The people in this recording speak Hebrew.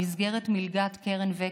במסגרת מלגת קרן וקסנר,